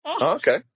Okay